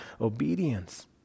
obedience